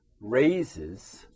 raises